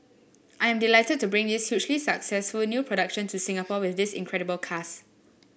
I am delighted to bring this hugely successful new production to Singapore with this incredible cast